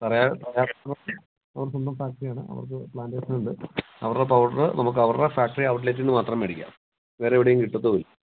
സാറെ അവരുടെ സ്വന്തം ഫാക്ടറിയാണ് അവർക്ക് പ്ലാൻ്റേഷൻ ഉണ്ട് അവരുടെ പൗഡർ നമുക്ക് അവരുടെ ഫാക്ടറി ഔട്ട്ലെറ്റിൽ നിന്ന് മാത്രം മേടിക്കാം വേറെ എവിടെയും കിട്ടത്തും ഇല്ല